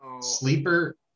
sleeper